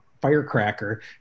firecracker